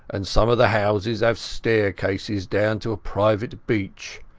and some of the houses have staircases down to a private beach.